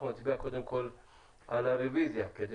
אנחנו נצביע קודם כול על הרוויזיה כדי